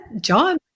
John